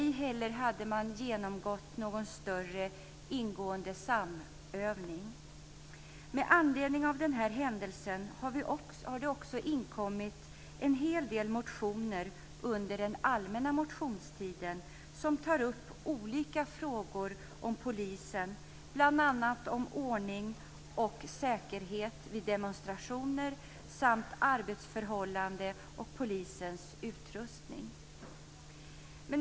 De hade inte heller genomgått någon ingående samövning. Med anledning av den här händelsen har det under den allmänna motionstiden inkommit en hel del motioner som tar upp olika frågor om polisen, bl.a. om ordning och säkerhet vid demonstrationer samt om arbetsförhållanden och polisens utrustning.